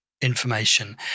information